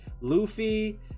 luffy